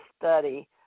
study